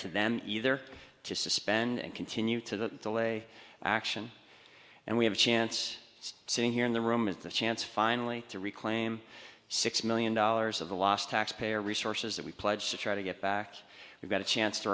to them either to suspend and continue to the delay action and we have a chance sitting here in the room at the chance finally to reclaim six million dollars of the lost taxpayer resources that we pledged to try to get back we've got a chance to